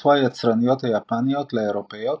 הצטרפו היצרניות היפניות לאירופאיות,